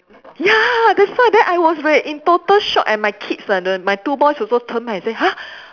ya that's why then I was like in total shock and my kids ah the my two boys also turn back and then say !huh!